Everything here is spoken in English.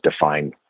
define